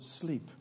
sleep